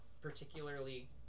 particularly